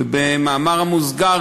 ובמאמר מוסגר,